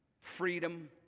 freedom